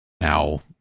Now